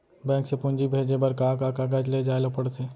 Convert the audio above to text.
Bank से पूंजी भेजे बर का का कागज ले जाये ल पड़थे?